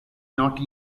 not